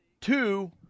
Two